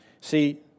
See